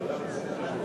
שהממשלה מסכימה,